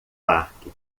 parque